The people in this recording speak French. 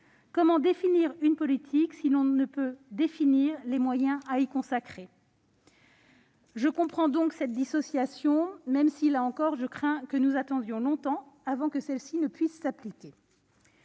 Comment définir une politique si l'on ne peut définir les moyens à y consacrer ? Je comprends donc cette dissociation même si, là encore, je crains que nous n'attendions longtemps avant que celle-ci puisse s'appliquer.